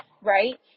right